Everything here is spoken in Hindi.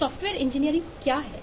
सॉफ्टवेयर इंजीनियरिंग क्या है